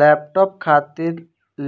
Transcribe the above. laptop खातिर